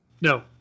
No